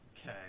Okay